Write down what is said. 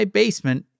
basement